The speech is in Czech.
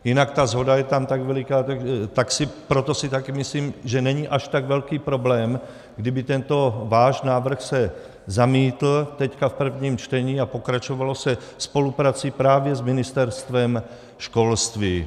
Jinak ta shoda je tam veliká, a proto si taky myslím, že není až tak velký problém, kdyby tento váš návrh se zamítl teď v prvním čtení a pokračovalo se spoluprací právě s Ministerstvem školství.